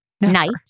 Night